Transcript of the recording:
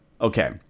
Okay